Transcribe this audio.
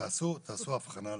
תעשו הבחנה לעומק,